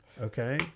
Okay